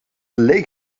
leek